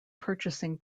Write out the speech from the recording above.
purchasing